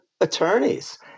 attorney's